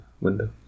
window